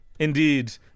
Indeed